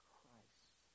Christ